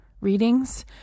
readings